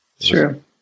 True